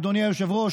אדוני היושב-ראש,